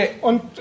Und